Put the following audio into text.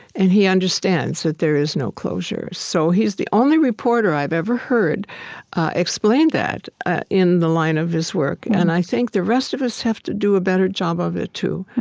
and he understands that there is no closure. so he's the only reporter i've ever heard explain that in the line of his work. and i think the rest of us have to do a better job of it too.